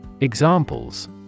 Examples